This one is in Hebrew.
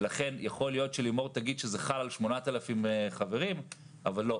יכול להיות שלימור תגיד שזה חל על 8,000 חברים אבל לא,